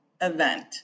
event